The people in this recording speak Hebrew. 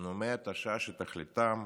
נאומי התשה שתכליתם